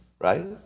Right